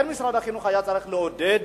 משרד החינוך כן היה צריך לעודד